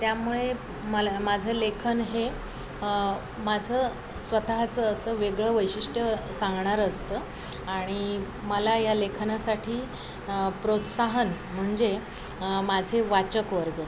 त्यामुळे मल् माझं लेखन हे माझं स्वतःचं असं वेगळं वैशिष्ट्य सांगणारं असतं आणि मला या लेखनासाठी प्रोत्साहन म्हणजे माझा वाचकवर्ग